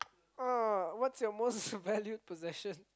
uh what's your most valued possession